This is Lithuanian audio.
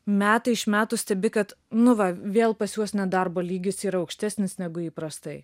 metai iš metų stebi kad nu va vėl pas juos nedarbo lygis yra aukštesnis negu įprastai